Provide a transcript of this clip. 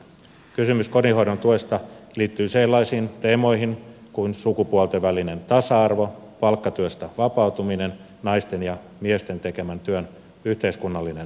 kysymys kotihoidon tuesta liittyy sellaisiin teemoihin kuin sukupuolten välinen tasa arvo palkkatyöstä vapautuminen naisten ja miesten tekemän työn yhteiskunnallinen arvostaminen